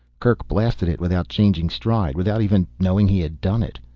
kerk blasted it without changing stride, without even knowing he had done it.